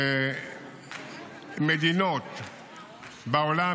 מדינות בעולם,